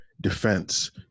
defense